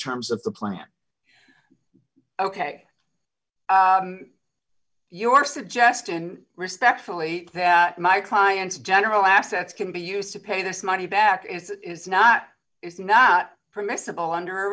terms of the plan ok your suggestion respectfully that my client's general assets can be used to pay this money back it's not it's not permissible under